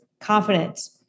confidence